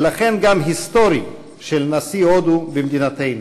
ולכן גם היסטורי, של נשיא הודו במדינתנו.